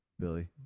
Billy